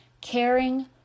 caring